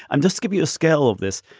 and just give you a scale of this,